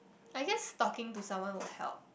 I guess talking to someone will help